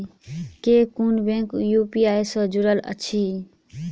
केँ कुन bank UPI सँ जुड़ल अछि?